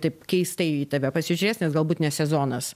taip keistai į tave pasižiūrės nes galbūt ne sezonas